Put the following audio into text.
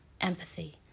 empathy